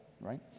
right